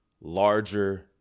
larger